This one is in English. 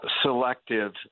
selective